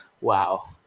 Wow